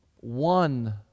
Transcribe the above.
One